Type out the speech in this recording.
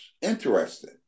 interesting